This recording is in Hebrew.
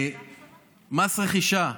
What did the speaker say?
מס רכישה,